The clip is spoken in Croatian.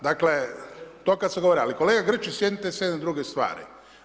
Dakle, to kad se govori, ali kolega Grčić sjetite se jedne druge stvari.